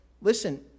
listen